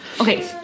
Okay